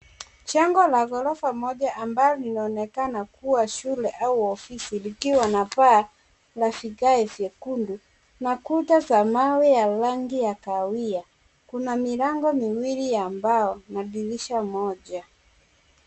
Jengo la ghorofa moja, ambayo linaonekana kuwa shule au ofisi. Likiwa na paa la vigae vyekundu, na kuta za mawe ya rangi ya kahawia. Kuna milango miwili ya mbao, na dirisha moja.